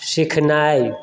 सीखनाइ